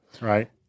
Right